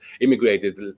immigrated